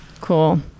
Cool